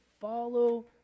follow